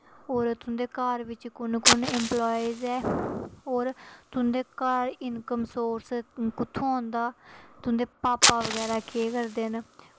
होर तुं'दे घर बिच कु'न कु'न इंप्लॉयज़ ऐ होर तुं'दे घर इंकम सोर्स कुत्थुआं औंदा तुं'दे भापा बगैरा केह् करदे न